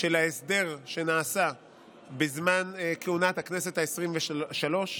של ההסדר שנעשה בזמן כהונת הכנסת העשרים-ושלוש.